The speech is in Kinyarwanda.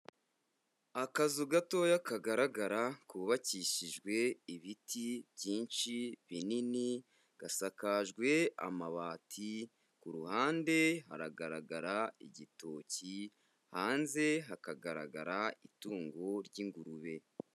Akazu gatoya kagaragara kubabakishijwe ibiti byinshi binini, gasakajwe amabati ku ruhande haragaragara igitoki, hanze hakagaragara itungo ry'ingurube.